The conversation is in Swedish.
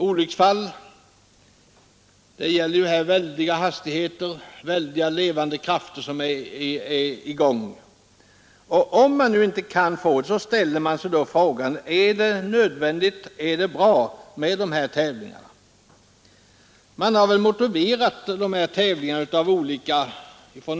Vid tävlingarna förekommer höga hastigheter, och det är väldiga levande krafter som är i rörelse. Om nu detta mål i fråga om säkerheten inte kan uppnås, ställer man sig frågan om dessa tävlingar är nödvändiga och befogade. Bilsporttävlingarna har motiverats från olika utgångspunkter.